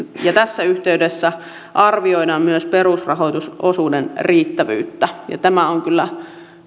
tässä yhteydessä arvioidaan myös perusrahoitusosuuden riittävyyttä tämä on kyllä